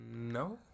No